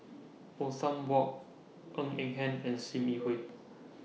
Othman Wok Ng Eng Hen and SIM Yi Hui